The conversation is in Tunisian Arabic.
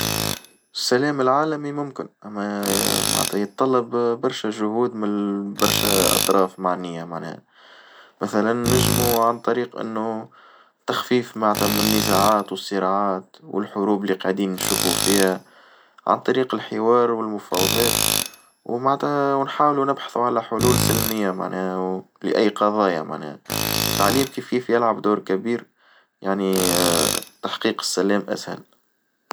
السلام العالمي ممكن إما معنتها يتطلب برشا جهود من برشا أطراف معنية معناها مثلًا نجمو عن طريق إنو تخفيف ما تم النزاعات والصراعات والحروب اللي قاعدين نشوفو فيها عن طريق الحوار والمفاوضات ومعنتها ونحاولو نبحثو على حلول سلمية معناها ولأي قضايا معناها التعليم كيف كيف يلعب دور كبير يعني تحقيق السلام أسهل.